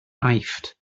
aifft